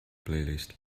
playlist